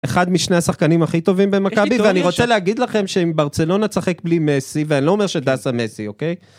אחד משני השחקנים הכי טובים במכבי, ואני רוצה להגיד לכם שאם ברצלונה תשחק בלי מסי, ואני לא אומר שדסה מסי, אוקיי?